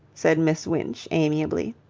said miss winch, amiably.